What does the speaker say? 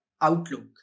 outlook